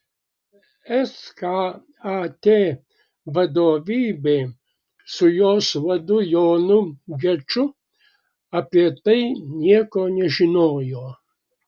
skat vadovybė su jos vadu jonu geču apie tai nieko nežinojo